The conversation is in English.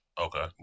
Okay